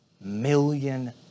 million